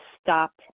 stopped